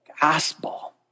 gospel